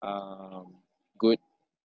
um good